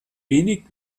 wenig